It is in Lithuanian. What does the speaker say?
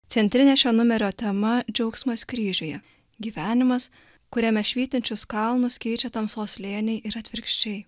centrinė šio numerio tema džiaugsmas kryžiuje gyvenimas kuriame švytinčius kalnus keičia tamsos slėniai ir atvirkščiai